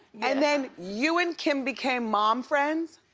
and then you and kim became mom friends.